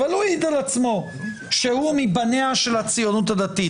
אבל הוא העיד על עצמו שהוא מבניה של הציונות הדתית,